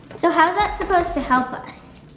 so how is that supposed to help us?